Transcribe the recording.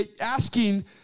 asking